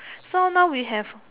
so now we have